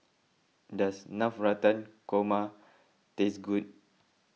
does Navratan Korma taste good